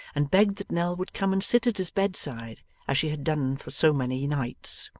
and begged that nell would come and sit at his bedside as she had done for so many nights.